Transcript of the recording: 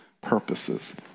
purposes